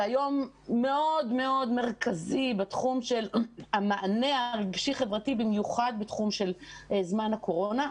והיום מאוד מרכזי בתחום של המענה הרגשי-חברתי במיוחד בזמן הקורונה,